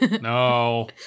No